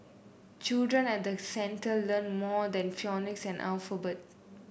children at the centre learn more than phonics and the alphabet